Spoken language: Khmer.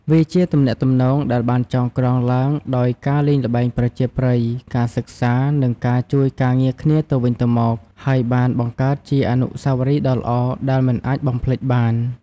វាជាទំនាក់ទំនងដែលបានចងក្រងឡើងដោយការលេងល្បែងប្រជាប្រិយ ការសិក្សានិងការជួយការងារគ្នាទៅវិញទៅមក ហើយបានបង្កើតជាអនុស្សាវរីយ៍ដ៏ល្អដែលមិនអាចបំភ្លេចបាន។